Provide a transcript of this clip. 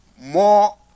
more